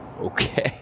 okay